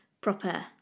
proper